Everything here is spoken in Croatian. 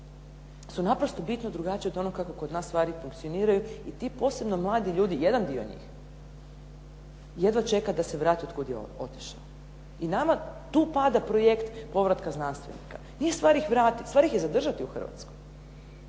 su naprosto bitno drugačiji od onog kako kod nas stvari funkcioniraju i ti posebno mladi ljudi, jedan dio njih, jedva čeka da se vrati otkud je otišao. I nama tu pada projekt povratka znanstvenika. Nije stvar ih vratit, stvar ih je zadržati u Hrvatskoj,